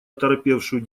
оторопевшую